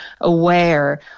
aware